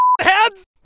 heads